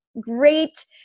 great